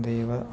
ദൈവ